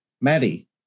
Maddie